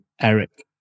Eric